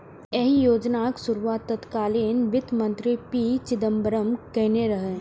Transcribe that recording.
एहि योजनाक शुरुआत तत्कालीन वित्त मंत्री पी चिदंबरम केने रहै